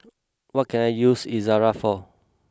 what can I use Ezerra for